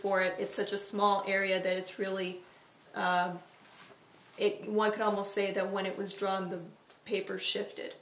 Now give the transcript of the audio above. for it it's such a small area that it's really one could almost say that when it was drawn the paper shifted